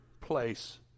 place